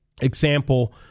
example